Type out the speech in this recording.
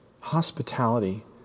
Hospitality